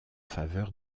faveur